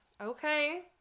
Okay